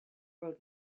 road